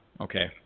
Okay